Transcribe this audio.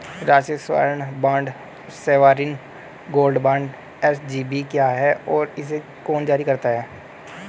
राष्ट्रिक स्वर्ण bond sovereign gold bond SGB क्या है और इसे कौन जारी करता है?